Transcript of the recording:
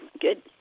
Good